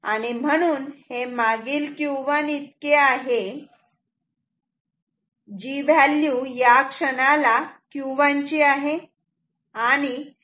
आणि म्हणून हे मागील Q1 इतके आहे जी व्हॅल्यू या क्षणाला Q1 ची आहे